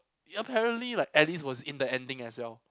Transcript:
ya apparently like Alice was in the ending as well